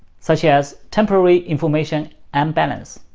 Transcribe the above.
such as temporary information unbalance.